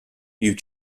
you